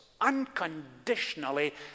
unconditionally